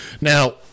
now